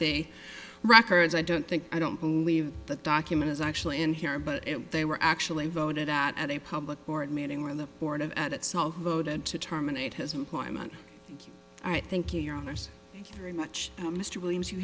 the records i don't think i don't believe that document is actually in here but they were actually voted out at a public board meeting where the board of ed itself voted to terminate his employment i think your honors very much mr williams you